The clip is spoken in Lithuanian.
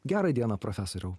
gera diena profesoriau